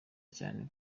cyane